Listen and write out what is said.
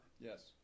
Yes